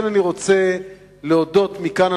אני רוצה להודות מכאן,